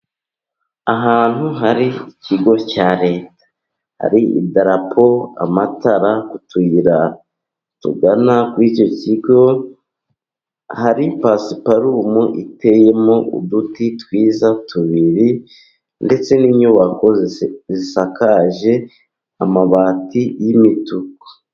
Ahantu hari ikigo cya leta. Hari i darapo, amatara ku tuyira tugana kuri icyo kigo. Hari pasiparume iteyemo uduti twiza tubiri, ndetse n'inyubako zisakaje amabati y'imituku.